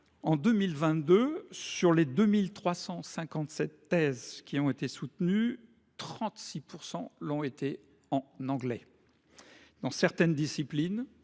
En 2022, sur les 2 357 thèses soutenues, 36 % l’ont été en anglais. Dans certaines disciplines,